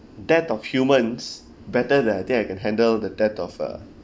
death of humans better than I think I can handle the death of uh